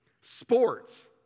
Sports